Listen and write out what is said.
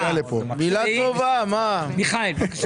וכשבאים לוועדת הכספים ומבקשים